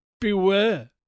beware